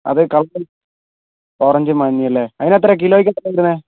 അതെ colour orange മഞ്ഞ അല്ലേ അതിന് എത്രയാണ് കിലോയ്ക്ക് എത്രയാണ് വരുന്നത്